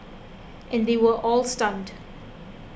and they were all stunned